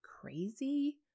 crazy